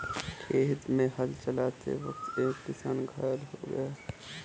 खेत में हल चलाते वक्त एक किसान घायल हो गया